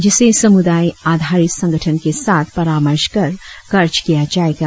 जिसे समुदाय आधारित संगठन के साथ परामर्श कर खर्च किया जाएगा